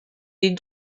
des